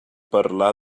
parlar